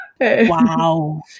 Wow